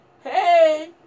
Hey